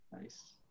Nice